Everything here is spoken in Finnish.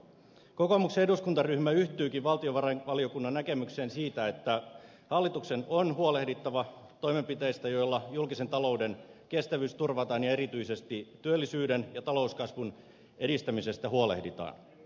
kokoomuksen eduskuntaryhmä yhtyykin valtiovarainvaliokunnan näkemykseen siitä että hallituksen on huolehdittava toimenpiteistä joilla julkisen talouden kestävyys turvataan ja erityisesti työllisyyden ja talouskasvun edistämisestä huolehditaan